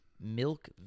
milk